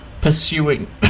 pursuing